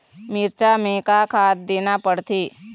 मिरचा मे का खाद देना पड़थे?